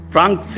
Frank